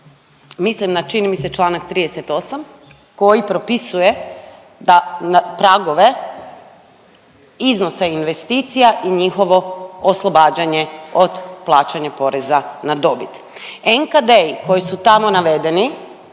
mislim na čini mi se članak 38. koji propisuje pragove iznosa investicija i njihovo oslobađanje od plaćanja poreza na dobit. NKD-i koji su tamo navedeni,